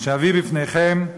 שאביא בפניכם,